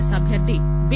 yes అభ్యర్ధి B